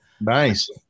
Nice